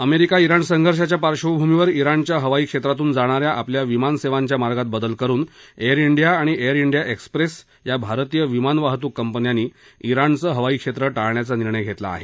America जिण संघर्षाच्या पार्श्वभूमीवर जिणच्या हवाई क्षेत्रातून जाणाऱ्या आपल्या विमान सेवांच्या मार्गात बदल करुन एअर डिया आणि एअर डिया एक्स्प्रेस या भारतीय विमान वाहतूक कंपन्यांनी जिणचं हवाईक्षेत्र टाळण्याचा निर्णय घेतला आहे